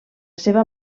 seva